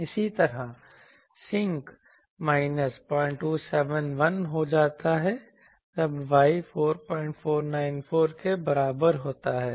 इसी तरह Sinc minus 0271 हो जाता है जब y 4494 के बराबर होता है